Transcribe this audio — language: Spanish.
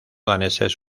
daneses